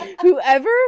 Whoever